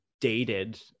dated